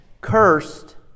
Cursed